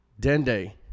Dende